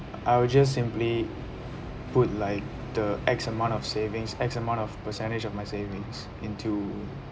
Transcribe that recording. I will just simply put like the X amount of savings X amount of percentage of my savings into